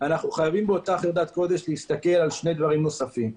אנו חייבים באותה חרדת קודש להסתכל על שני דברים נוספים: